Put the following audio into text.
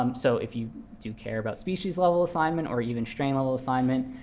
um so if you do care about species-level assignment, or even strain-level assignment,